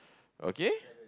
okay